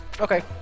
Okay